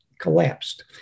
collapsed